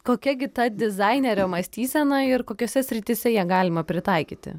kokia gi ta dizainerio mąstysena ir kokiose srityse ją galima pritaikyti